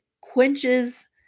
quenches